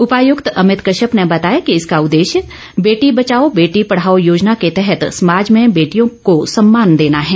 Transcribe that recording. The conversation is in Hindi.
उपायुक्त अभित कश्यप ने बताया कि इसका उदेश्य बेटी बचाओ बेटी पढ़ाओ योजना के तहत समाज में बेटियों को सम्मान देना है